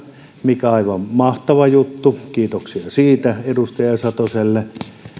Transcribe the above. mikä on aivan mahtava juttu kiitoksia siitä edustaja satoselle